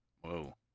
Whoa